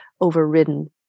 overridden